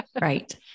Right